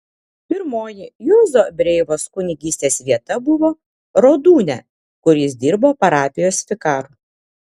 pirmoji juozo breivos kunigystės vieta buvo rodūnia kur jis dirbo parapijos vikaru